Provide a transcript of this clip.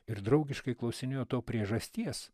ir draugiškai klausinėjo to priežasties